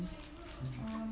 mm